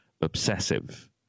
obsessive